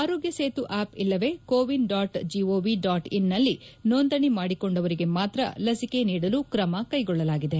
ಆರೋಗ್ಯ ಸೇತು ಆಪ್ ಇಲ್ಲವೆ CoWIN dot gov dot in ನಲ್ಲಿ ನೋಂದಣಿ ಮಾಡಿಕೊಂಡರಿಗೆ ಮಾತ್ರ ಲಸಿಕೆ ನೀಡಲು ಕ್ರಮ ಕೈಗೊಳ್ಳಲಾಗಿದೆ